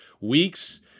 weeks